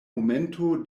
momento